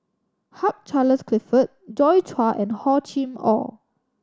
Hugh Charles Clifford Joi Chua and Hor Chim Or